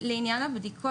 לעניין הבדיקות,